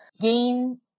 gain